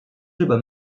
日本